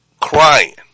crying